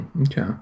okay